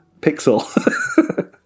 pixel